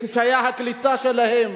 מקשיי הקליטה שלהם,